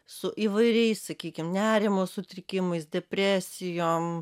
su įvairiais sakykim nerimo sutrikimais depresijom